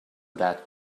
that